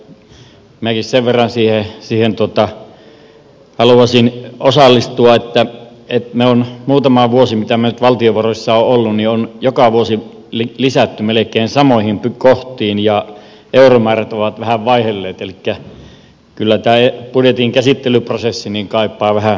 minäkin sen verran siihen haluaisin osallistua että me olemme muutaman vuoden mitä minä nyt valtiovaroissa olen ollut joka vuosi lisänneet melkein samoihin kohtiin ja euromäärät ovat vähän vaihdelleet elikkä kyllä tämä budjetin käsittelyprosessi kaipaa vähän raikastusta